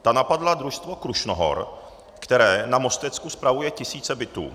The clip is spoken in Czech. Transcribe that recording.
Ta napadla družstvo Krušnohor, které na Mostecku spravuje tisíce bytů.